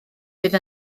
bydd